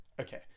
Okay